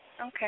Okay